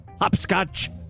hopscotch